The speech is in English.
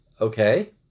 okay